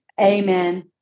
Amen